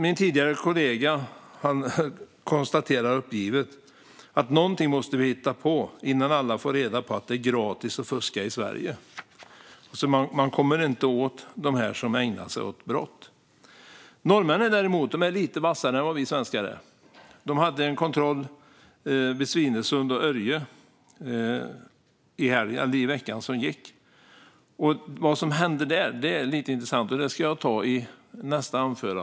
Min tidigare kollega konstaterar uppgivet att vi måste hitta på någonting innan alla får reda på att det är gratis att fuska i Sverige. Man kommer alltså inte åt dem som ägnar sig åt att begå brott. Norrmännen däremot är lite vassare än vi svenskar är. De hade i veckan som gick en kontroll vid Svinesund och Örje. Det som hände där är intressant. Jag återkommer till det i nästa inlägg.